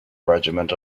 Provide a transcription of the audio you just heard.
regiment